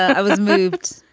i was moved.